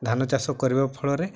ଧାନ ଚାଷ କରିବା ଫଳରେ